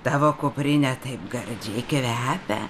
tavo kuprinė taip gardžiai kvepia